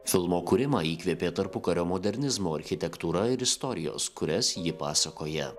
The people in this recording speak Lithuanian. filmo kūrimą įkvėpė tarpukario modernizmo architektūra ir istorijos kurias ji pasakoja